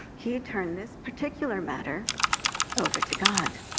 he turned this particular matter over to god,